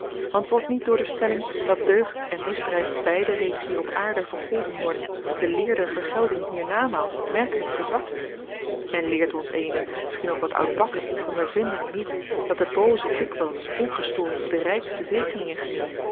want wordt niet door de stelling dat deugd en misdrijf beide reeds hier op aarde vergolden worden de leer der vergelding hier namaals merkelijk verzwakt en leert ons eene misschien ook wat oudbakken ondervinding niet dat de booze dikwijls ongestoord de rijkste zegeningen geniet